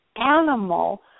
animal